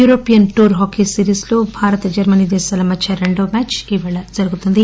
యూరోపియస్ tour hockey series లో భారత Germany దేశాల మధ్య రెండో మ్యాచ్ ఈ రోజు జరుగుతుంది